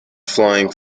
flying